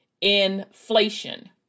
inflation